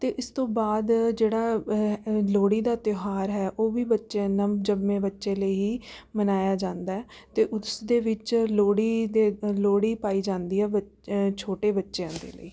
ਅਤੇ ਇਸ ਤੋਂ ਬਾਅਦ ਜਿਹੜਾ ਲੋਹੜੀ ਦਾ ਤਿਉਹਾਰ ਹੈ ਉਹ ਵੀ ਬੱਚੇ ਨਵ ਜੰਮੇ ਬੱਚੇ ਲਈ ਹੀ ਮਨਾਇਆ ਜਾਂਦਾ ਹੈ ਅਤੇ ਉਸ ਦੇ ਵਿੱਚ ਲੋਹੜੀ ਦੇ ਲੋਹੜੀ ਪਾਈ ਜਾਂਦੀ ਆ ਬੱਚ ਛੋਟੇ ਬੱਚਿਆਂ ਦੇ ਲਈ